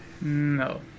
No